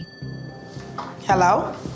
Hello